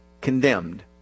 condemned